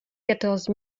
quatorze